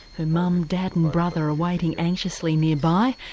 her mum, dad and brother are waiting anxiously nearby,